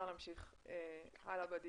אפשר להמשיך בדיון.